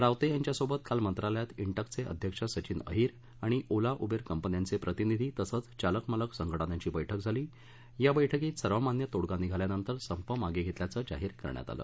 रावते यांच्यासोबत काल मंत्रालयात इंटकचे अध्यक्ष सचिन अहीर आणि ओला उबेर कंपन्यांचे प्रतिनिधी तसंच चालक मालक संघटनांची बैठक झाली या बैठकीत सर्वमान्य तोडगा निघाल्यानंतर संप मागे घेतल्याचं जाहीर करण्यात आलं